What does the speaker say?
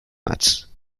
matches